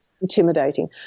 intimidating